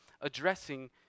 addressing